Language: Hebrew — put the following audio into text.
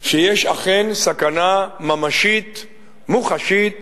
שיש אכן סכנה ממשית מוחשית